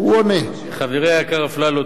חברי היקר אפללו,